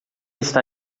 está